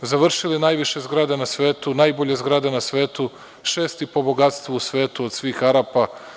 Završili najviše zgrade na svetu, najbolje zgrade na svetu, šesti po bogatstvu u svetu od svih Arapa.